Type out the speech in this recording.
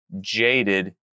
jaded